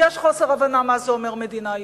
יש חוסר הבנה מה זה אומר מדינה יהודית.